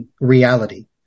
reality